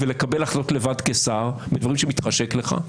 ולקבל החלטות לבד כשר בדברים שמתחשק לך.